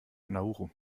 nauru